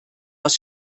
aus